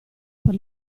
per